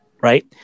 right